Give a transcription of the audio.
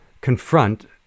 confront